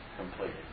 completed